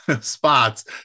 spots